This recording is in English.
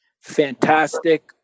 Fantastic